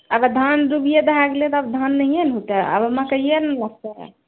अगर धान डूबिये दहाए गेलै तऽ धान नहिए ने हेतै आब मक्कइये ने लगतै